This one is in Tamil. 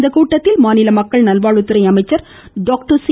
இக்கூட்டத்தில் மாநில மக்கள் நல்வாழ்வுத்துறை அமைச்சர் டாக்டர் சி